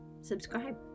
subscribe